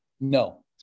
No